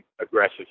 aggressive